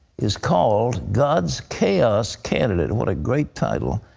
is called god's chaos candidate. and what a great title.